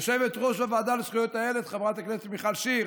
יושבת-ראש הוועדה לזכויות הילד חברת הכנסת מיכל שיר